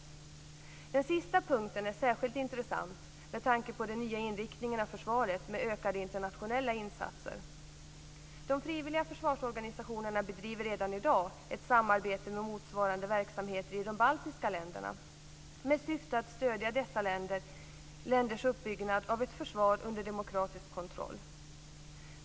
Den sista punkten är särskilt intressant med tanke på den nya inriktningen av försvaret med ökade internationella insatser. De frivilliga försvarsorganisationerna bedriver redan i dag ett samarbete med motsvarande verksamheter i de baltiska länderna med syfte att stödja dessa länders uppbyggnad av ett försvar under demokratisk kontroll.